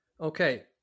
Okay